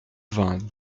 vingt